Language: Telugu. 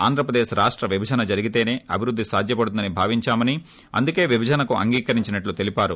ఆంధ్రప్రదేశ్ రాష్ట విభజన జరిగితేసే అభివృద్ది సాధ్యపడుతుందని భావించామని అందుకే విభజన్కు అంగీకరించినట్లు తెలిపారు